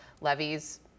Levies